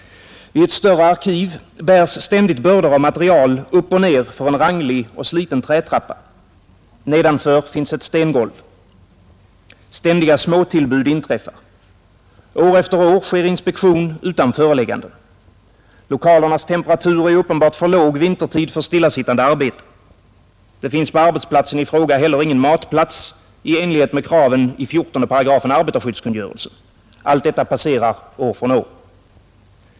I ett större arkiv bärs ständigt bördor av material uppoch nerför en ranglig och sliten trätrappa. Nedanför finns ett stengolv. Ständiga småtillbud inträffar. År efter år sker inspektion utan föreläggande. Lokalernas temperatur är uppenbart för låg vintertid för stillasittande arbete. Det finns på arbetsplatsen i fråga heller ingen matplats i enlighet med kraven i 14 § arbetarskyddskungörelsen. Allt detta passerar år från år.